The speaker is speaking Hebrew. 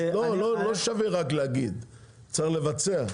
לא, לא שווה רק להגיד, צריך לבצע.